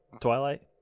Twilight